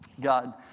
God